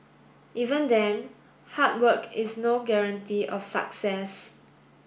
even then hard work is no guarantee of success